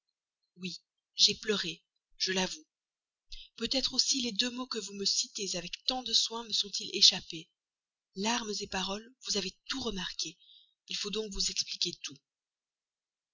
oui j'ai pleuré je l'avoue peut-être aussi les deux mots que vous me citez avec tant de soin me sont-ils échappés larmes paroles vous avez tout remarqué il faut donc vous expliquer tout